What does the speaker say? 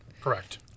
Correct